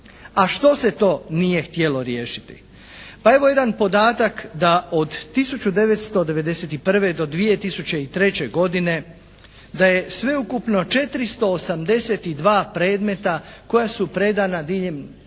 A što se to nije htjelo riješiti? Pa evo jedan podatak da od 1991. do 2003. godine da je sveukupno 482 predmeta koja su predana diljem